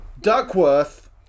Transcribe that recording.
Duckworth